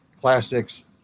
classics